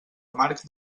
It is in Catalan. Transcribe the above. amarg